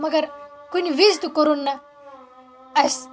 مگر کُنہِ وِزِ تہِ کوٚرُن نہٕ اَسہِ